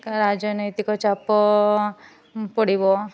ରାଜନୈତିକ ଚାପ ପଡ଼ିବ